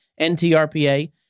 NTRPA